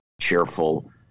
cheerful